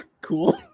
Cool